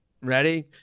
Ready